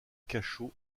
cachot